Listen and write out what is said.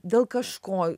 dėl kažko